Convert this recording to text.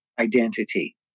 identity